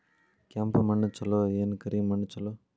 ಕೆಂಪ ಮಣ್ಣ ಛಲೋ ಏನ್ ಕರಿ ಮಣ್ಣ ಛಲೋ?